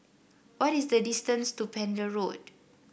what is the distance to Pender Road